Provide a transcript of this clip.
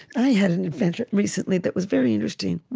i had an adventure, recently, that was very interesting.